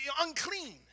unclean